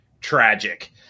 tragic